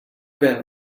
been